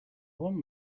want